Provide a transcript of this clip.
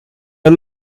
een